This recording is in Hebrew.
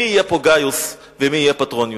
מי יהיה פה גאיוס ומי יהיה פטרוניוס?